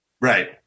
right